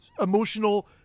emotional